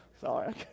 Sorry